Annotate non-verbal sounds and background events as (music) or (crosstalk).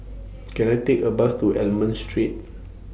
(noise) Can I Take A Bus to Almond Street